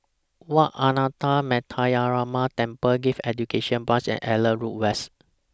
Wat Ananda Metyarama Temple Gifted Education Branch and Auckland Road West